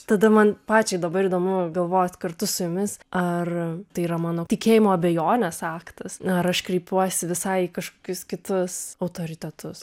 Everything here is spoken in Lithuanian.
tada man pačiai dabar įdomu galvot kartu su jumis ar tai yra mano tikėjimo abejonės aktas ar aš krypuosi visai į kažkokius kitus autoritetus